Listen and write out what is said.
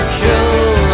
kill